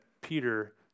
Peter